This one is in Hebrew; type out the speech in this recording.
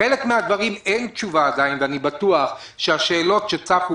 על חלק מן הדברים אין תשובה עדיין ואני בטוח שהשאלות שצפו,